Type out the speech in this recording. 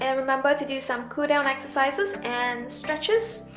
and remember to do some cooldown exercises and stretches,